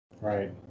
Right